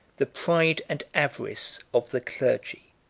the pride and avarice of the clergy.